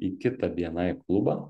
į kitą bni klubą